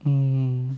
mm